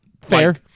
Fair